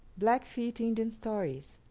blackfeet indian stories,